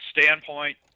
standpoint